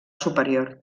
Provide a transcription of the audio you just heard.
superior